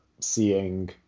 seeing